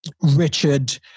Richard